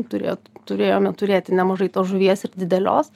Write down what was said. turėjot turėjome turėti nemažai tos žuvies ir didelios